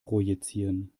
projizieren